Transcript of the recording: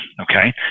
Okay